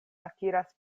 akiras